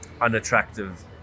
unattractive